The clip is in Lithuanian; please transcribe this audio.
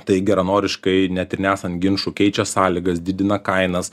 tai geranoriškai net ir nesant ginčų keičia sąlygas didina kainas